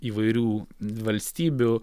įvairių valstybių